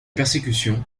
persécution